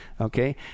okay